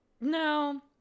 No